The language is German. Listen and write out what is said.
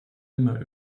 nimmer